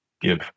give